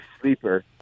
sleeper